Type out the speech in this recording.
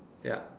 ya